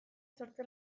sortze